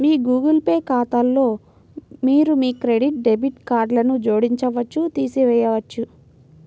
మీ Google Pay ఖాతాలో మీరు మీ క్రెడిట్, డెబిట్ కార్డ్లను జోడించవచ్చు, తీసివేయవచ్చు